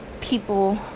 people